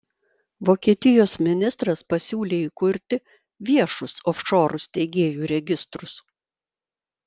vokietijos ministras pasiūlė įkurti viešus ofšorų steigėjų registrus